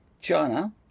China